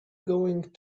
going